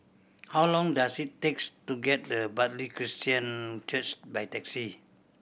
how long does it takes to get to Bartley Christian Church by taxi